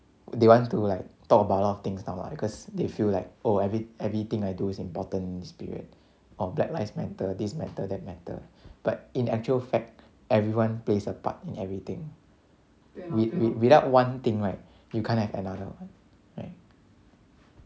they want to like talk about a lot of things now mah because they feel like oh every everything I do is important in this period of black lives matter this matter that matter but in actual fact everyone plays a part in everything with~ without one thing right you can't have another right